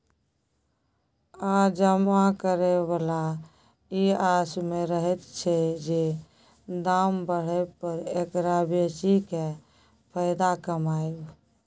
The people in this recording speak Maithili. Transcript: आ जमा करे बला ई आस में रहैत छै जे दाम बढ़य पर एकरा बेचि केँ फायदा कमाएब